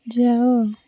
ଯାଅ